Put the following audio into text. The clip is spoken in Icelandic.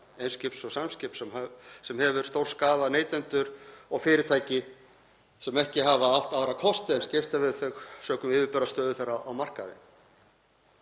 Eimskipa og Samskipa, sem hefur stórskaðað neytendur og fyrirtæki sem ekki hafa átt aðra kosti en að skipta við þau sökum yfirburðastöðu þeirra á markaði.